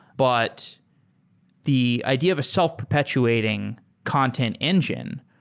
but the idea of a self perpetuating content engine,